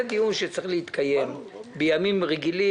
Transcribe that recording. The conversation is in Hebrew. זה דיון שצריך להתקיים בימים רגילים